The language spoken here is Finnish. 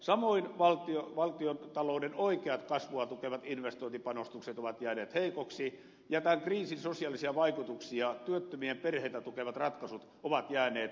samoin valtiontalouden oikeat kasvua tukevat investointipanostukset ovat jääneet heikoiksi ja tämän kriisin sosiaalisia vaikutuksia työttömien perheitä tukevat ratkaisut ovat jääneet olemattomiksi